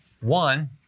One